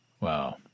Wow